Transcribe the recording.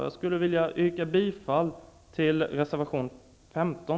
Jag vill yrka bifall till reservation 15.